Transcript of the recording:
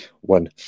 one